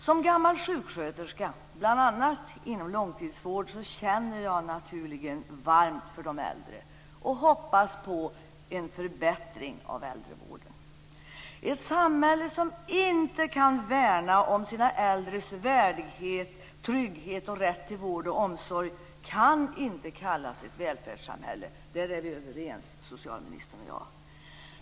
Som gammal sjuksköterska bl.a. inom långtidsvård känner jag naturligen varmt för de äldre och hoppas på en förbättring av äldrevården. Ett samhälle som inte kan värna om sina äldres värdighet, trygghet och rätt till vård och omsorg kan inte kallas ett välfärdssamhälle. Där är vi överens socialministern och jag.